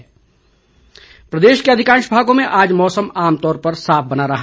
मौसम प्रदेश के अधिकांश भागों में आज मौसम आमतौर पर साफ बना रहा